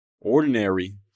ordinary